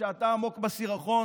כשאתה עמוק בסירחון,